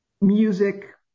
music